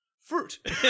fruit